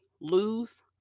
lose